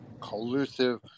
collusive